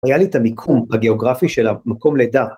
היה לי את המיקום הגיאוגרפי של המקום לידה.